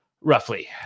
Roughly